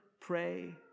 pray